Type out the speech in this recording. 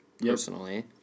personally